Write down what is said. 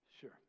sure